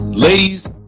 Ladies